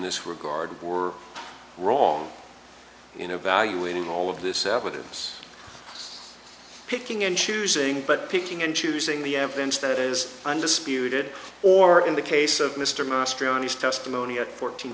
this regard were wrong you know valuing all of this evidence picking and choosing but picking and choosing the evidence that is undisputed or in the case of mr mastro nice testimony of fourteen